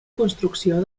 construcció